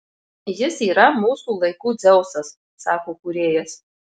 jis yra mūsų laikų dzeusas sako kūrėjas